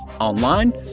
online